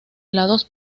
lados